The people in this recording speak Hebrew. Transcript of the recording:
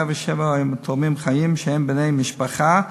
107 היו מתורמים חיים שהם בני משפחה,